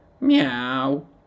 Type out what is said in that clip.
Meow